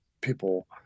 people